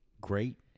great